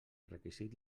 requisit